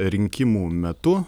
rinkimų metu